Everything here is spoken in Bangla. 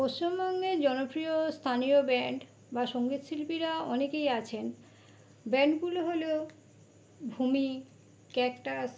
পশ্চিমবঙ্গের জনপ্রিয় স্থানীয় ব্যান্ড বা সঙ্গীত শিল্পীরা অনেকেই আছেন ব্যান্ডগুলো হলো ভূমি ক্যাকটাস